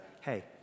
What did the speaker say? hey